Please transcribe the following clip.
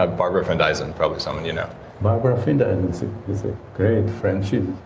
ah barbara findeisen, probably someone you know barbara findeisen is a great friend.